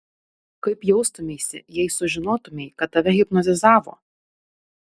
kaip jaustumeisi jei sužinotumei kad tave hipnotizavo